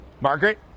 Margaret